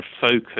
focus